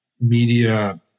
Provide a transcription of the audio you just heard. media